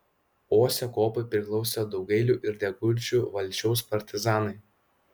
uosio kuopai priklausė daugailių ir degučių valsčiaus partizanai